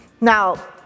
Now